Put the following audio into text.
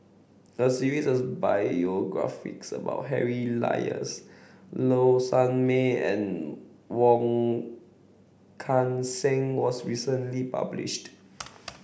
a series of biographies about Harry Elias Low Sanmay and Wong Kan Seng was recently published